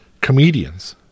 comedians